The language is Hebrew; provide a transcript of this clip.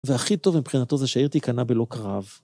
והכי טוב מבחינתו זה שהעיר תיכנע בלא קרב.